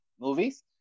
movies